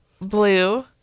blue